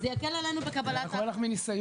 זה יקל עלינו בקבלת --- אני רק אומר לך מניסיון,